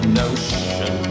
notion